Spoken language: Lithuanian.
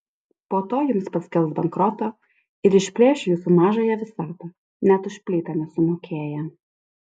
po to jums paskelbs bankrotą ir išplėš jūsų mažąją visatą net už plytą nesumokėję